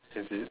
is it